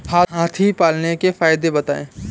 हाथी पालने के फायदे बताए?